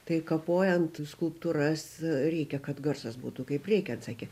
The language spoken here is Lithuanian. tai kapojant skulptūras reikia kad garsas būtų kaip reikiant sakyt